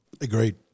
Agreed